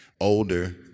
older